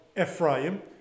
Ephraim